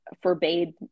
forbade